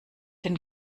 den